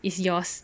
is yours